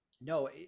no